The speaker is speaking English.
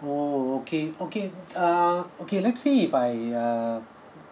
oh okay okay uh okay let's see if I uh